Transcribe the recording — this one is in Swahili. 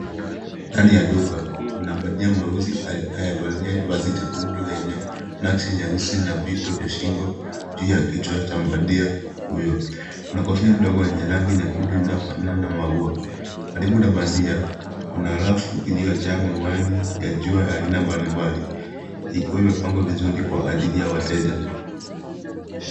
Ndani ya duka, kuna bandia mweusi aliyevaa vazi la jakundu lenye naksi nyeusi na vito vya shingo. Juu ya kichwa cha mbadia huyo, kuna kofia ndogo yenye rangi nyekundu inayofanana na maua. Karibu na bandia, kuna rafu iliyojaa miwani ya jua ya aina mbalimbali, ikiwa imepangwa vizuri kwa ajili ya wateja.